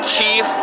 Chief